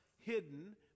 hidden